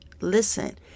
listen